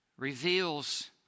reveals